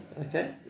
Okay